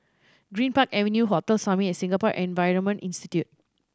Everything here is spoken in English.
Greenpark Avenue Hotel Summit and Singapore Environment Institute